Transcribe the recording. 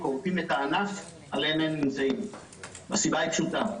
כורתים את הענף עליהם הם נמצאים והסיבה היא פשוטה.